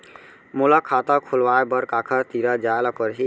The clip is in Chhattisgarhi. मोला खाता खोलवाय बर काखर तिरा जाय ल परही?